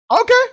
Okay